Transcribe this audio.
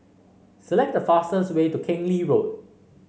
select the fastest way to Keng Lee Road